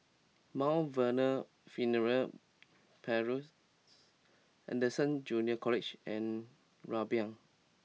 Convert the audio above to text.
Mount Vernon Funeral Parlours Anderson Junior College and Rumbia